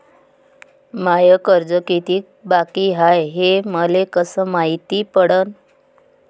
माय कर्ज कितीक बाकी हाय, हे मले कस मायती पडन?